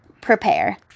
prepare